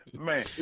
man